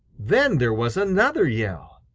then there was another yell.